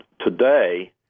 today